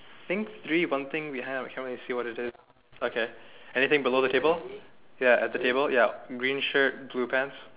think three we have I can't really see what we have okay ya anything below the table ya at the table ya green shirt blue pants